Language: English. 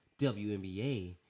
WNBA